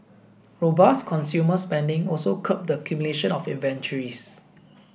robust consumer spending also curbed the accumulation of inventories